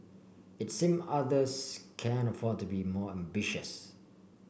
it seems others can afford to be more ambitious